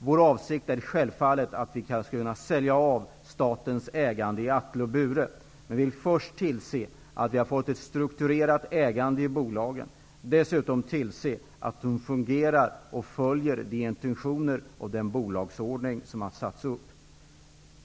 Vår avsikt är självfallet att kunna sälja av statens ägande i Atle och Bure, men vi vill först tillse att vi har fått ett strukturerat ägande i bolagen och dessutom tillse att de fungerar och följer de intentioner och den bolagsordning som har satts upp.